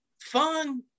Fun